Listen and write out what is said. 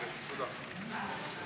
אדוני היושב-ראש.